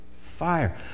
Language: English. Fire